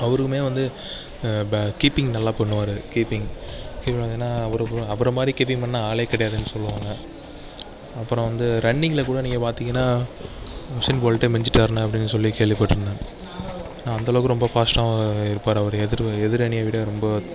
அவருக்குமே வந்து கீப்பிங் நல்லா பண்ணுவார் கீப்பிங் அவர மாதிரி கீப்பிங் பண்ண ஆள் கிடையாதுன்னு சொல்வாங்க அப்புறம் ரன்னிங்கில் கூட நீங்கள் பார்த்திங்கனா உசேன் போல்ட்டை மிஞ்சிவிட்டாருன்னு அப்படின்னு சொல்லி கேள்விபட்ருந்தேன் ஏன்னா அந்தளவுக்கு ரொம்ப பாஸ்ட்டாக இருப்பார் அவரு எதிர் எதிர் அணியை விட ரொம்ப